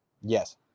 Yes